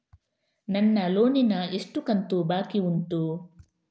ನನ್ನ ಲೋನಿನ ಎಷ್ಟು ಕಂತು ಬಾಕಿ ಉಂಟು?